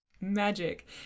Magic